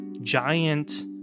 giant